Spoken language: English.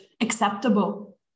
acceptable